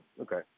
okay